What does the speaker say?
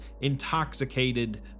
intoxicated